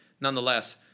nonetheless